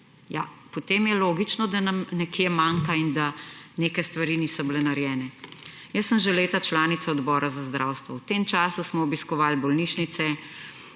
potem je logično, da nam nekje manjka in da neke stvari niso bile narejene. Jaz sem že leta članica Odbora za zdravstvo. V tem času smo obiskovali bolnišnice,